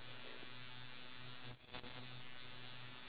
our wants you know like a car furniture for the house